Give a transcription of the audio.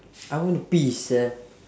I want to pee sia